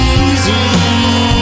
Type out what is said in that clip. easy